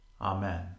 Amen